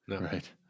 Right